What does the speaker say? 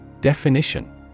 Definition